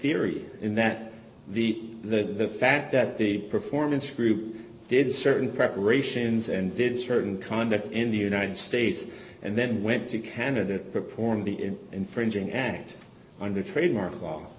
theory and that the the fact that the performance group did certain preparations and did certain conduct in the united states and then went to canada reported the infringing act under trademark